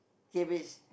cabbage